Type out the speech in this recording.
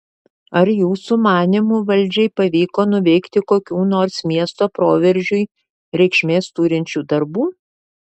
ar jūsų manymu valdžiai pavyko nuveikti kokių nors miesto proveržiui reikšmės turinčių darbų